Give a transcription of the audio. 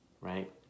Right